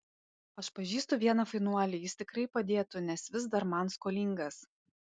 aš pažįstu vieną fainuolį jis tikrai padėtų nes vis dar man skolingas